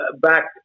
back